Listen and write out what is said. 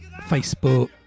facebook